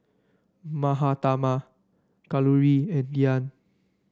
Mahatma Kalluri and Dhyan